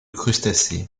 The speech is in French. crustacés